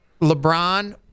LeBron